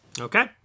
Okay